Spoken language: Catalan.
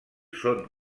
són